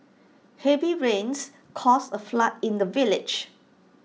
heavy rains caused A flood in the village